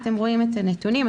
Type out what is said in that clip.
אתם רואים את הנתונים,